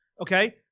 okay